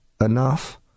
enough